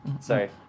Sorry